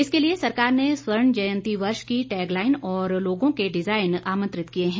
इसके लिए सरकार ने स्वर्ण जयंती वर्ष की टैगलाईन और लोगो के डिजाईन आमंत्रित किए हैं